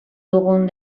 dugun